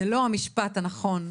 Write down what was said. זה לא המשפט הנכון.